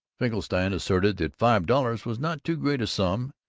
finkelstein asserted that five dollars was not too great a sum,